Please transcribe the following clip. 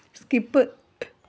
skip